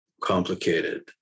complicated